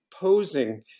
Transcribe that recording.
posing